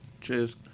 Cheers